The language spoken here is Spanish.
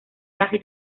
casi